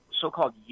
so-called